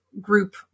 group